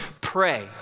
pray